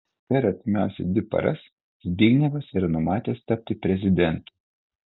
per artimiausias dvi paras zbignevas yra numatęs tapti prezidentu